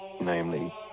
namely